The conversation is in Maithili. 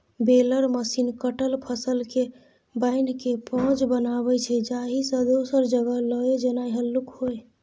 बेलर मशीन कटल फसलकेँ बान्हिकेँ पॉज बनाबै छै जाहिसँ दोसर जगह लए जेनाइ हल्लुक होइ